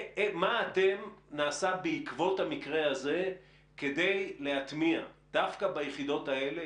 מה נעשה בעקבות המקרה הזה כדי להטמיע דווקא ביחידות האלה,